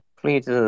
Please